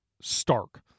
stark